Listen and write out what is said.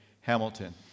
Hamilton